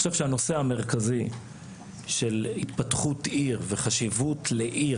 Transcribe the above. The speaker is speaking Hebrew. אני חושב שהנושא המרכזי של התפתחות עיר וחשיבות לעיר,